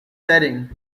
setting